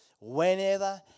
whenever